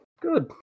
good